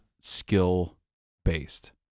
skill-based